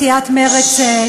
בסיעת מרצ,